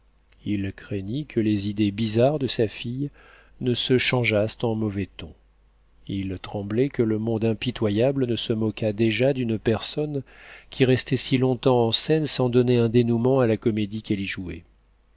il craignit que les idées bizarres de sa fille ne se changeassent en mauvais ton il tremblait que le monde impitoyable ne se moquât déjà d'une personne qui restait si longtemps en scène sans donner un dénoûment à la comédie qu'elle y jouait